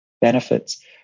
benefits